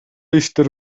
иштер